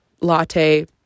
latte